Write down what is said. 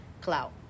Clout